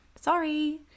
Sorry